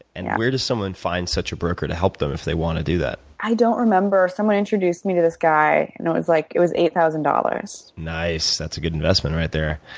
and where doe someone find such a broker to help them if they want to do that? i don't remember, someone introduced me to this guy and it was like it was eight thousand dollars. nice, that's good investment right there.